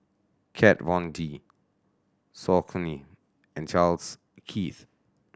Kat Von D Saucony and Charles Keith